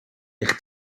eich